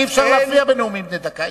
אי-אפשר להפריע בנאומים בני דקה.